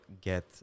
get